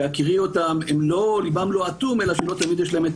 ובהכירי אותם ליבם לא אטום אלא שלא תמיד יש להם את